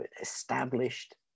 established